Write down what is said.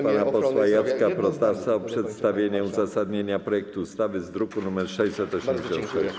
Proszę pana posła Jacka Protasa o przedstawienie uzasadnienia projektu ustawy z druku nr 686.